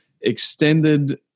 extended